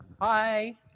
Hi